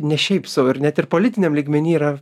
ne šiaip sau ir net ir politiniam lygmeny yra